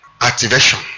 activation